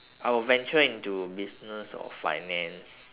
I will venture into business or finance